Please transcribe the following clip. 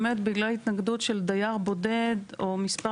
באמת בגלל התנגדות של דייר בודד או מספר